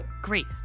Great